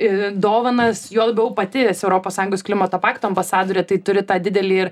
ir dovanas juo labiau pati esi europos sąjungos klimato pakto ambasadorė tai turi tą didelį ir